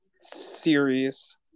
series